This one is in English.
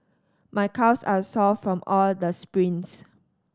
my calves are sore from all the sprints